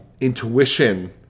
intuition